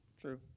True